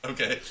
Okay